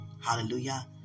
Hallelujah